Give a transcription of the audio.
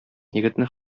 егетне